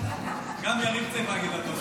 גם יריב צריך להגיד לה תודה.